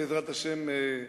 בעזרת השם,